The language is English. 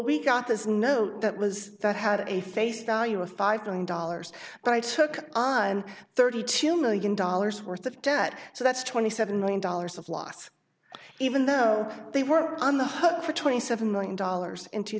we got this no that was that had a face value of five thousand dollars but i took on thirty two million dollars worth of debt so that's twenty seven million dollars of loss even though they were on the hook for twenty seven million dollars in two